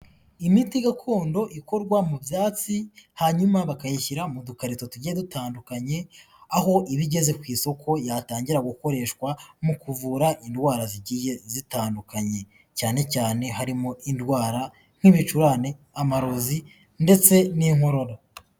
Imiti gakondo ikorwa mu byatsi hanyuma bakayishyira mu dukarito tugiye dutandukanye, aho iba igeze ku isoko yatangira gukoreshwa mu kuvura indwara zigiye zitandukanye, cyane cyane harimo indwara nk'ibicurane, amarozi, ndetse n'inkorora.